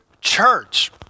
church